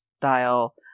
style